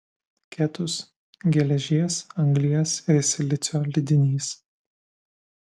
ketus geležies anglies ir silicio lydinys